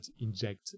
inject